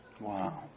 Wow